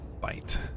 Bite